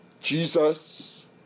Jesus